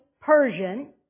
Persian